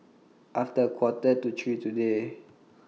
after A Quarter to three today